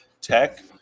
tech